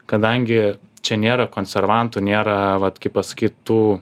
kadangi čia nėra konservantų nėra vat kaip pas kitų